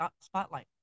spotlight